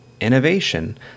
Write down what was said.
innovation